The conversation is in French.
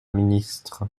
ministre